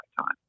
time